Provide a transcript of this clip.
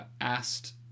asked